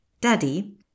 Daddy